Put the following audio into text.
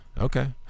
okay